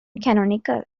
canonical